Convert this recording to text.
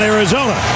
Arizona